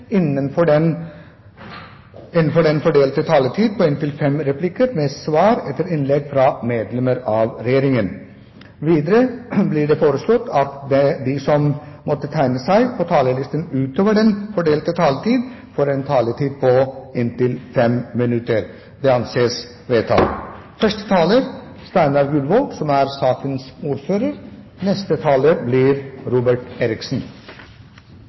innenfor den fordelte taletid på inntil fem replikker med svar etter innlegg fra medlemmer av Regjeringen. Videre blir det foreslått at de som måtte tegne seg på talerlisten utover den fordelte taletid, får en taletid på inntil 3 minutter. – Det anses vedtatt. Ordningen med avtalefestet pensjon ble opprettet allerede i 1988. Da var det en stor reform, som